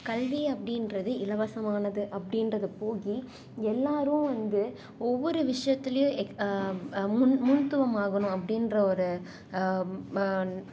கல்வி அப்படின்றது இலவசமானது அப்படின்றது போக எல்லாரும் வந்து ஒவ்வொரு விஷயத்துலேயும் எக் முன் முன்த்துவமாகனும் அப்படின்ற ஒரு